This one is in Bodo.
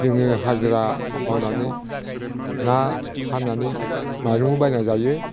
जोङो हाजिरा मावनानै ना फाननानै माइरंबो बायनानै जायो